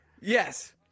Yes